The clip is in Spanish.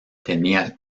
tenía